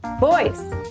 voice